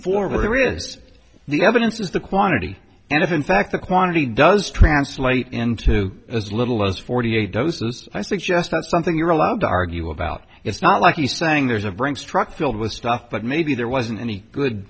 former here is the evidence is the quantity and if in fact the quantity does translate into as little as forty eight doses i suggest that's something you're allowed to argue about it's not like he's saying there's a brinks truck filled with stuff but maybe there wasn't any good